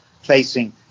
facing